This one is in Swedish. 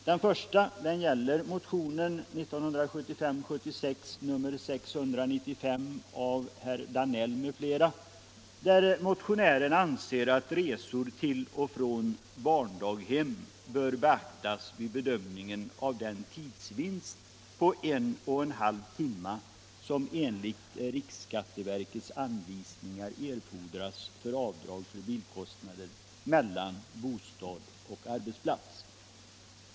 Den första gäller motionen 1975/76:695 av herr Danell m.fl., där motionärerna anser att resor till och från barndaghem bör beaktas vid bedömningen av den tidsvinst på en och en halv timme som enligt riksskatteverkets anvisningar erfordras för avdrag för bilkostnader vid resor mellan bostad och arbetsplats.